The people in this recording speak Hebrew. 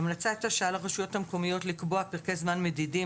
ההמלצה לרשויות המקומיות הייתה לקבוע פרקי זמן מדידים